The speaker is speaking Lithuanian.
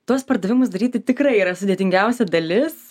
tuos pardavimus daryti tikrai yra sudėtingiausia dalis